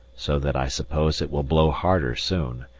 so that i suppose it will blow harder soon,